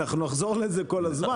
אנחנו נחזור על זה כל הזמן,